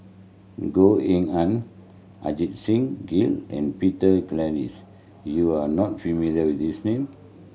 Goh Eng Han Ajit Singh Gill and Peter Gilchrist you are not familiar with these name